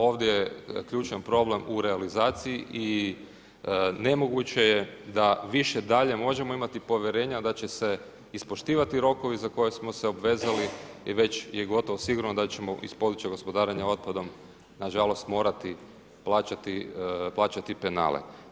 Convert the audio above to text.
Ovdje je ključan problem u realizaciji i nemoguće je da više dalje možemo imati povjerenja da će se ispoštivati rokovi za koje smo se obvezali i već je gotovo sigurno da ćemo iz područja gospodarenja otpadom nažalost morati plaćati penale.